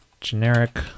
generic